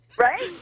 Right